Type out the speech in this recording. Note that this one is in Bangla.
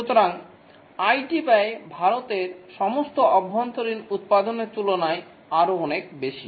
সুতরাং আইটি ব্যয় ভারতের সমস্ত অভ্যন্তরীণ উত্পাদনের তুলনায় আরও অনেক বেশি